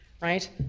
right